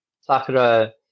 Sakura